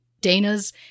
Dana's